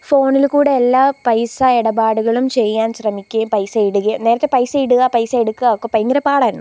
ഫോണിൽ കൂടെ എല്ലാ പൈസ ഇടപാടുകളും ചെയ്യാൻ ശ്രമിക്കുകയും പൈസ ഇടുകയും നേരത്തെ പൈസ ഇടുക പൈസ എടുക്കുക ഒക്കെ ഭയങ്കര പാടായിരുന്നു